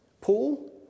Paul